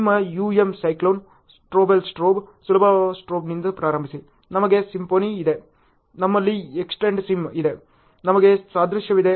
ನಿಮ್ಮ UM cyclone ಸ್ಟ್ರೋಬೆಲ್ strobe ಸುಲಭ ಸ್ಟ್ರೋಬ್ನಿಂದ ಪ್ರಾರಂಭಿಸಿ ನಮಗೆ ಸಿಂಫನಿ ಇದೆ ನಮ್ಮಲ್ಲಿ Xಟೆಂಡ್ಸಿಮ್ ಇದೆ ನಮಗೆ ಸಾದೃಶ್ಯವಿದೆ